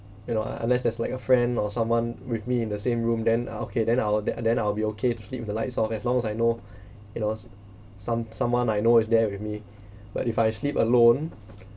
you know uh unless there's like a friend or someone with me in the same room then ah okay then I'll the~ then I'll be okay to sleep with the lights off as long as I know you knows some someone I know is there with me but if I sleep alone